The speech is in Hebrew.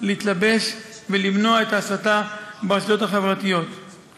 להתלבש על הנושא ולמנוע את ההסתה ברשתות החברתיות במלוא העוצמה והכוח.